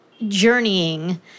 journeying